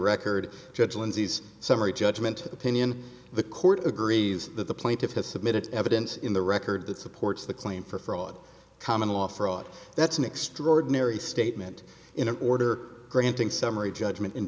record judge lindsay's summary judgment opinion the court agrees that the plaintiffs have submitted evidence in the record that supports the claim for fraud common law fraud that's an extraordinary statement in order granting summary judgment